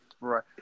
Right